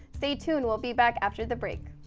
stay tuned, we'll be back after the break.